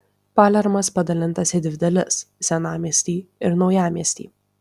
palermas padalintas į dvi dalis senamiestį ir naujamiestį